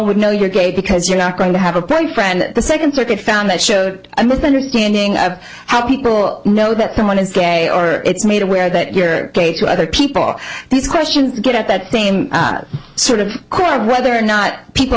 know you're gay because you're not going to have a punk friend the second circuit found that showed a misunderstanding of how people know that someone is gay or it's made aware that you're gay to other people these questions get at that thing sort of crime whether or not people